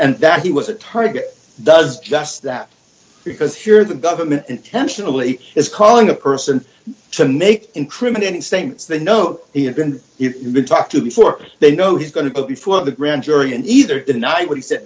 and that he was a target does just that because here the government intentionally is calling a person to make incriminating statements they know they are going to even talk to before they know he's going to go before the grand jury and either deny what he said